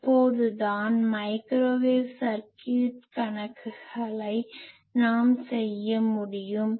அப்போது தான் microwave circuit கணக்குகளை நாம் செய்ய முடியும்